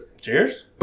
Cheers